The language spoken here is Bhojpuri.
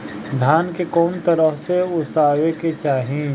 धान के कउन तरह से ओसावे के चाही?